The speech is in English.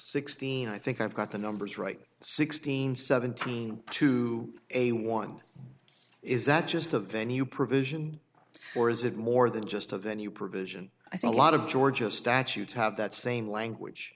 sixteen i think i've got the numbers right sixteen seventeen to a one is that just a venue provision or is it more than just a venue provision i think a lot of georgia statutes have that same language